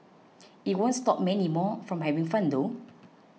it won't stop many more from having fun though